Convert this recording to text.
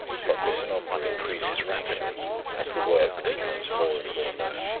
but this number increases rapidly as the work becomes more and more known.